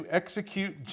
execute